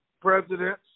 presidents